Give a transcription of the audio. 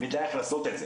נדע איך לעשות את זה,